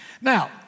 Now